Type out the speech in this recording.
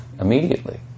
immediately